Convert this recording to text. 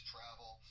Travel